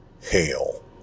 hail